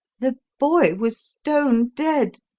the boy was stone-dead!